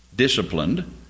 Disciplined